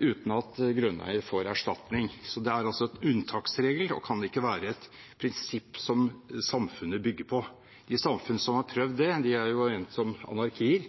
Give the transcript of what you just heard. uten at grunneieren får erstatning. Det er altså en unntaksregel og kan ikke være et prinsipp som samfunnet bygger på. De samfunnene som har prøvd det, er regnet som anarkier.